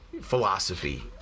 philosophy